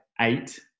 eight